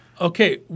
okay